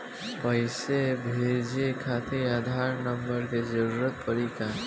पैसे भेजे खातिर आधार नंबर के जरूरत पड़ी का?